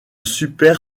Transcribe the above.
super